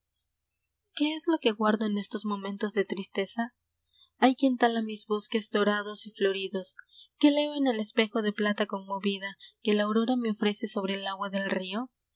nljé es lo que guardo en estos r momentos de tristeza ay quien tala mis bosques dorados y floridos qué leo en el espejo de plata conmovida que la aurora me ofrece sobre el agua del río